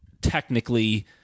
technically